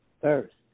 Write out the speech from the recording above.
first